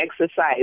exercise